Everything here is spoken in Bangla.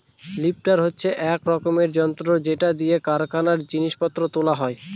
লিফ্টার হচ্ছে এক রকমের যন্ত্র যেটা দিয়ে কারখানায় জিনিস পত্র তোলা হয়